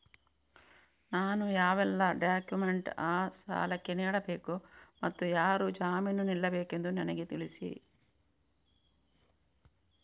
ನಾನು ಯಾವೆಲ್ಲ ಡಾಕ್ಯುಮೆಂಟ್ ಆ ಸಾಲಕ್ಕೆ ನೀಡಬೇಕು ಮತ್ತು ಯಾರು ಜಾಮೀನು ನಿಲ್ಲಬೇಕೆಂದು ನನಗೆ ತಿಳಿಸಿ?